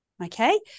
Okay